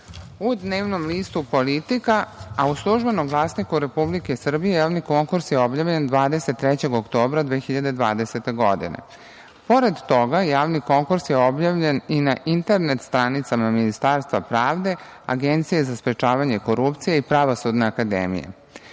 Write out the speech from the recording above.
u dnevnom listu „Politika“, a u „Službenom glasniku Republike Srbije“ javni konkurs je objavljen 23. oktobra 2020. godine. Pored toga, javni konkurs je objavljen na internet stranicama Ministarstva pravde, Agencije za sprečavanje korupcije i Pravosudne akademije. Upravni